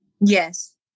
Yes